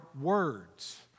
words